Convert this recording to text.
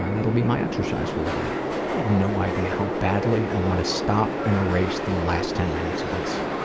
um that'll be my exercise for the day. you have no idea how badly i want to stop and erase the last ten minutes of this.